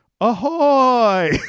ahoy